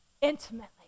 intimately